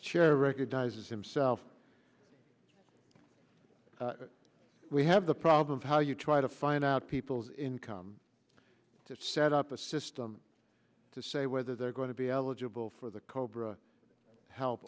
chair recognizes himself we have the problem how you try to find out people's income to set up a system to say whether they're going to be eligible for the cobra help